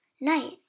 night